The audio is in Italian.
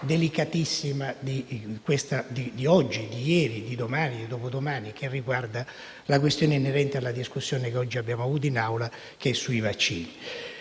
delicatissima di oggi, di ieri, di domani, di dopodomani: una questione inerente alla discussione, che oggi abbiamo avuto in Assemblea, sui vaccini.